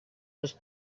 was